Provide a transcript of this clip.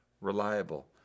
reliable